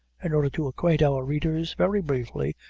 in order to acquaint our readers, very briefly,